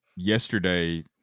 Yesterday